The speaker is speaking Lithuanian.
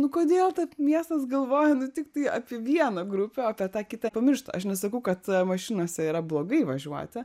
nu kodėl taip miestas galvoja nu tiktai apie vieną grupę o apie tą kitą pamiršta aš nesakau kad mašinose yra blogai važiuoti